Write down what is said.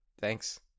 Thanks